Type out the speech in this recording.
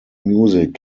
music